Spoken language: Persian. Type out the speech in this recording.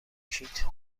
کیت